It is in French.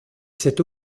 cette